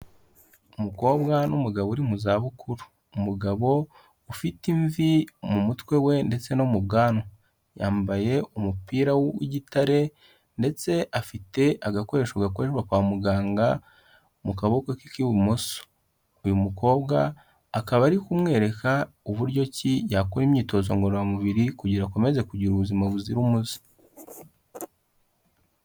Umukobwa n'umugabo uri mu za bukuru, umugabo ufite imvi mu mutwe we ndetse no mu bwanwa yambaye umupira w'igitare ndetse afite agakoresho gakoreshwa kwa muganga mu kaboko ke k'ibumoso, uyu mukobwa akaba ari kumwereka uburyo ki yakora imyitozo ngororamubiri kugira akomeze kugira ubuzima buzira umuze.